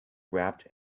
wrapped